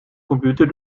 computer